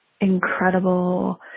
incredible